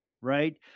right